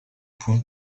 point